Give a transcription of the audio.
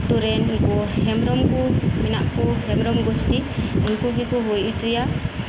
ᱟᱛᱳᱨᱮ ᱱᱩᱠᱩ ᱦᱮᱢᱵᱽᱨᱚᱢ ᱠᱚ ᱢᱮᱱᱟᱜ ᱠᱚ ᱦᱮᱢᱵᱨᱚᱢ ᱜᱩᱥᱴᱤ ᱱᱩᱠᱩ ᱜᱮᱠᱚ ᱦᱩᱭ ᱦᱚᱪᱚᱭᱟ